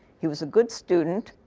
he was a good student.